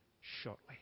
shortly